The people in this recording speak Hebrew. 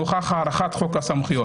נוכח הארכת חוק הסמכויות.